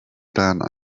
down